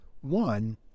One